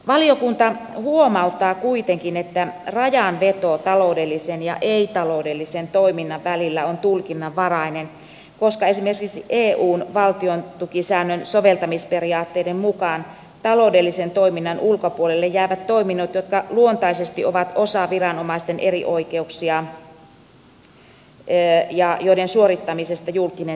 valiokunta huomauttaa kuitenkin että rajanveto taloudellisen ja ei taloudellisen toiminnan välillä on tulkinnanvarainen koska esimerkiksi eun valtiontukisäännön soveltamisperiaatteiden mukaan taloudellisen toiminnan ulkopuolelle jäävät toiminnot jotka luontaisesti ovat osa viranomaisten eri oikeuksia ja joiden suorittamisesta julkinen sektori vastaa